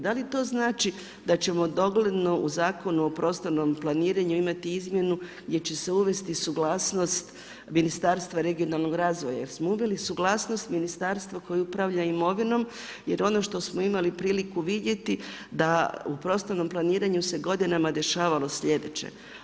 Da li to znači da ćemo dogledno u Zakonu o prostornom planiranju imati izmjenu gdje će se uvesti suglasnost Ministarstva regionalnog razvoja jer smo uveli suglasnost ministarstva koje upravlja imovinom jer ono što smo imali priliku vidjeti da u prostornom planiranju se godinama dešavalo slijedeće.